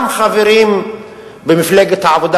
גם חברים במפלגת העבודה,